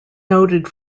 noted